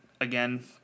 again